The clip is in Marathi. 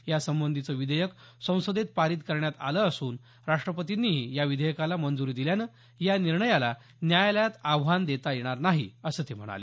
यासंबंधीचं विधेयक संसदेत पारित करण्यात आलं असून राष्ट्रपतींनीही या विधेयकाला मंजुरी दिल्यानं या निर्णयाला न्यायालयात आव्हान देता येणार नाही अस ते म्हणाले